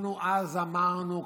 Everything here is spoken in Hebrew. אנחנו אז אמרנו,